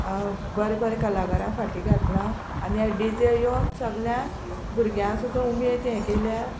बरे बरे कलाकारां फाटीं घातला आनी हे डि जे येवन सगल्या भुरग्यां सुद्दां उमेद हें केल्या